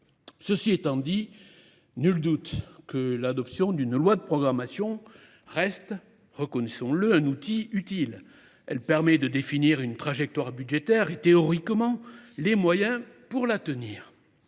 Cela étant dit, nul doute que l’adoption d’une loi de programmation reste un outil utile. Elle permet de définir une trajectoire budgétaire et, théoriquement, les moyens de la tenir.